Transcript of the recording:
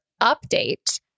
update